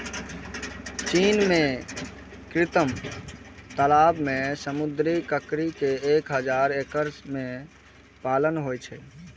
चीन मे कृत्रिम तालाब मे समुद्री ककड़ी के एक हजार एकड़ मे पालन होइ छै